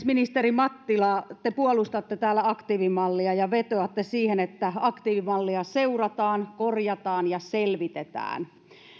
ministeri mattila te puolustatte täällä aktiivimallia ja vetoatte siihen että aktiivimallia seurataan korjataan ja selvitetään